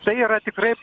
tai yra tikrai